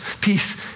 peace